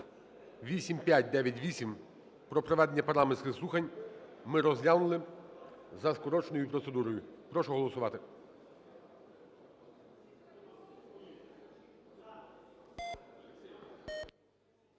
8598 про проведення парламентських слухань ми розглянули за скороченою процедурою. Прошу голосувати.